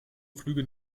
flüge